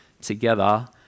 together